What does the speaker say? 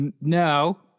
No